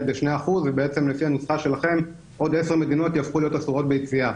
ב-2% ובעצם לפי הנוסחה שלכם עוד עשר מדינות יהפכו להיות אסורות ביציאה.